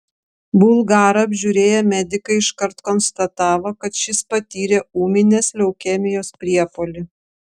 bulgarą apžiūrėję medikai iškart konstatavo kad šis patyrė ūminės leukemijos priepuolį